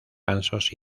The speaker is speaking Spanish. gansos